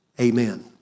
amen